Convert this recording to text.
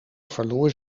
verloor